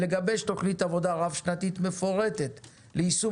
ולגבש תוכנית עבודה רב שנתית מפורטת ליישום